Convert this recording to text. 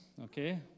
Okay